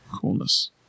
Coolness